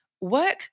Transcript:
Work